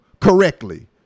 correctly